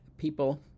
people